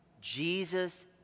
Jesus